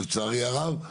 לצערי הרב.